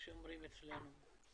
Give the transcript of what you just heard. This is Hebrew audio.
איך שאומרים אצלנו.